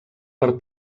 per